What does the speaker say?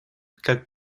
как